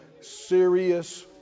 serious